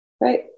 right